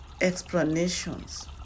explanations